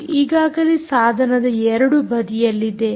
ಅದು ಈಗಾಗಲೇ ಸಾಧನದ ಎರಡು ಬದಿಯಲ್ಲಿ ಇದೆ